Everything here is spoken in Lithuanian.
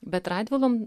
bet radvilom